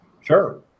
Sure